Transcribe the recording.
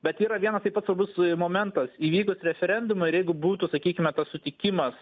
bet yra vienas taip pat svarbus momentas įvykus referendumui ir jeigu būtų sakykime tas sutikimas